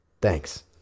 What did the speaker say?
Thanks